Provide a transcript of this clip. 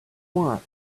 want